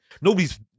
nobody's